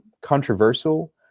controversial